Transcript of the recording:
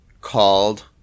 called